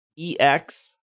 EX